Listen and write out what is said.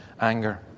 anger